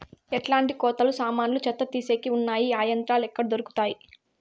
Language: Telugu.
ఎట్లాంటి కోతలు సామాన్లు చెత్త తీసేకి వున్నాయి? ఆ యంత్రాలు ఎక్కడ దొరుకుతాయి?